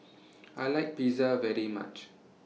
I like Pizza very much